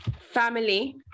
family